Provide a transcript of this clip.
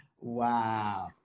Wow